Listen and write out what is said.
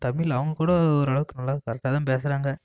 தமிழ் அவங்க கூட ஒரு அளவுக்கு நல்லா தான் கரெக்டாக தான் பேசுறாங்க